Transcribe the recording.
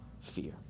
fear